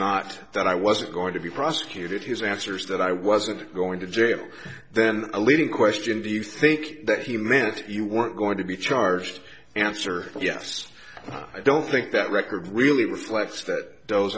not that i wasn't going to be prosecuted his answers that i wasn't going to jail then a leading question do you think that he meant that you weren't going to be charged answer yes i don't think that record really reflects that those